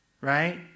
right